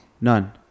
None